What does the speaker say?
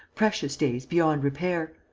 precious days beyond repair.